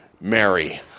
Mary